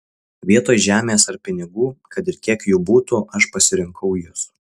vietoj žemės ar pinigų kad ir kiek jų būtų aš pasirinkau jus